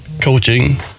coaching